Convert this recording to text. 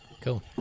Cool